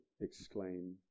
exclaim